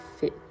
fit